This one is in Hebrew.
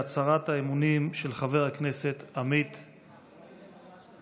להצהרת האמונים של חבר הכנסת עמית ------ שאלה נוספת.